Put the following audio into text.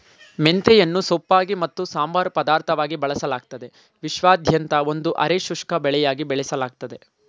ಮೆಂತೆಯನ್ನು ಸೊಪ್ಪಾಗಿ ಮತ್ತು ಸಂಬಾರ ಪದಾರ್ಥವಾಗಿ ಬಳಸಲಾಗ್ತದೆ ವಿಶ್ವಾದ್ಯಂತ ಒಂದು ಅರೆ ಶುಷ್ಕ ಬೆಳೆಯಾಗಿ ಬೆಳೆಸಲಾಗ್ತದೆ